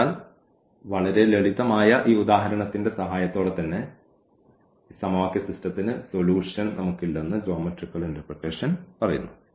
അതിനാൽ വളരെ ലളിതമായ ഈ ഉദാഹരണത്തിന്റെ സഹായത്തോടെ തന്നെ ഈ സമവാക്യ സിസ്റ്റത്തിന് സൊല്യൂഷൻ നമുക്കില്ലെന്ന് ജ്യോമെട്രിക്കൽ ഇന്റെർപ്രെറ്റേഷൻ പറയുന്നു